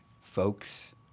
folks